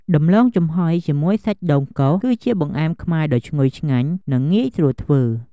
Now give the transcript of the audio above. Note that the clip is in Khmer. ដំឡូងចំហុយជាមួយសាច់ដូងកោស គឺជាបង្អែមខ្មែរដ៏ឈ្ងុយឆ្ងាញ់ និងងាយស្រួលធ្វើ។